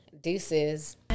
Deuces